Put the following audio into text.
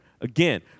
again